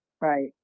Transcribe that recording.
Right